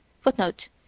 Footnote